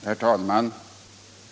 Herr talman!